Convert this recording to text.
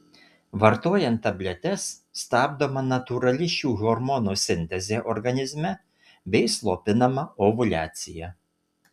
vartojant tabletes stabdoma natūrali šių hormonų sintezė organizme bei slopinama ovuliacija